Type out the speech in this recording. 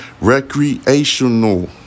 Recreational